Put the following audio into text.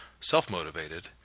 self-motivated